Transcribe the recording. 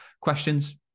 questions